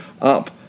up